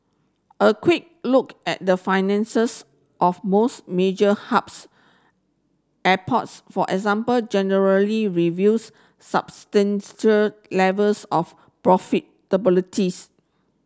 a quick look at the finances of most major hubs airports for example generally reveals levels of profit